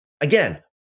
Again